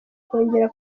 kongera